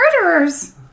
murderers